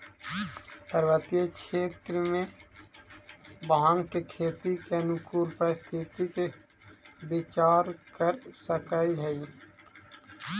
पर्वतीय क्षेत्र में भाँग के खेती के अनुकूल परिस्थिति के विचार कर सकऽ हई